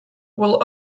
would